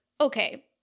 okay